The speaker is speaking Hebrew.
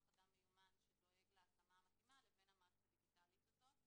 אדם מיומן שדואג להשמה המתאימה לבין המערכת הדיגיטלית הזאת.